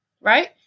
right